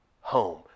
home